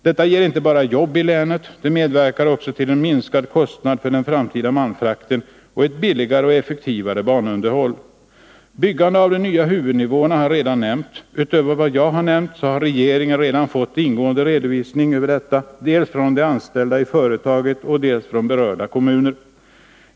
Detta ger inte bara jobb i länet — det medverkar också till en minskad kostnad för den framtida malmfrakten och ett billigare och effektivare banunderhåll. Byggande av de nya huvudnivåerna har jag redan nämnt. Utöver vad jag här har nämnt har regeringen redan fått en ingående redovisning, dels från de anställda i företaget, dels från berörda kommuner.